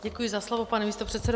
Děkuji za slovo, pane místopředsedo.